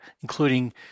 including